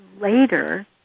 later